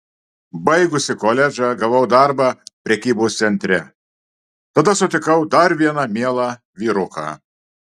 baigusi koledžą gavau darbą prekybos centre tada sutikau dar vieną mielą vyruką